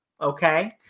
okay